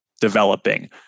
developing